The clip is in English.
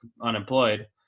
unemployed